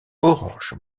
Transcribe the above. orange